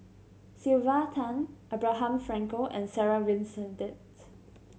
Sylvia Tan Abraham Frankel and Sarah Winstedt